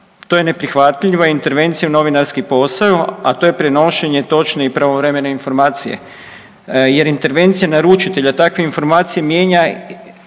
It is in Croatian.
To je neprihvatljivo. Intervencija je novinarski posao, a to je prenošenje točne i pravovremene informacije. Jer intervencija naručitelja takve informacije mijenja